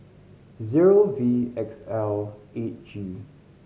zero V X L eight G